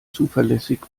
zuverlässig